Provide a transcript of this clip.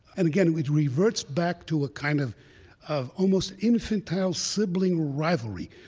and, again, it reverts back to a kind of of almost infantile sibling rivalry.